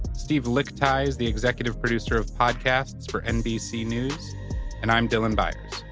steve lickteig is the executive producer of podcasts for nbc news and i'm dylan byers.